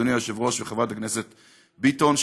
אדוני היושב-ראש וחברת הכנסת ביטון,